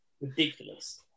Ridiculous